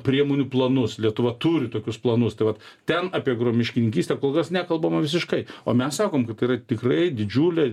priemonių planus lietuva turi tokius planus tai vat ten apie miškininkystę kol kas nekalbama visiškai o mes sakom kad tai yra tikrai didžiulė